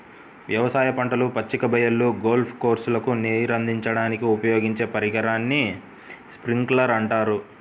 వ్యవసాయ పంటలు, పచ్చిక బయళ్ళు, గోల్ఫ్ కోర్స్లకు నీరందించడానికి ఉపయోగించే పరికరాన్ని స్ప్రింక్లర్ అంటారు